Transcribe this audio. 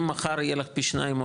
אם מחר יהיו לך פי 2 עולים,